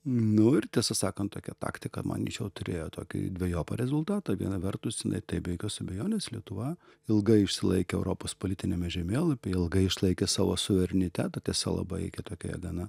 nu ir tiesą sakant tokia taktika manyčiau turėjo tokį dvejopą rezultatą viena vertus jinai taip be jokios abejonės lietuva ilgai išsilaikė europos politiniame žemėlapyje ilgai išlaikė savo suverenitetą tiesa labai kitokioje gana